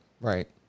right